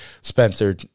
Spencer